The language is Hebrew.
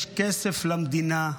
יש כסף למדינה,